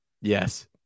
Yes